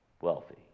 wealthy